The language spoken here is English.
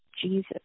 Jesus